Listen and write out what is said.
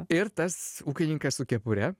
ir tas ūkininkas su kepure